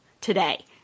today